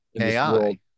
AI